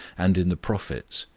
and in the prophets,